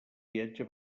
viatge